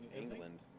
England